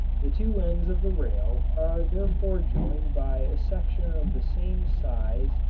the two ends of the rail are therefore joined by a section of the same size,